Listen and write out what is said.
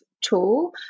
tool